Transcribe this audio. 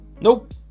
Nope